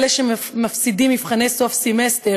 אלה שמפסידים את מבחני סוף הסמסטר,